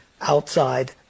outside